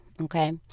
okay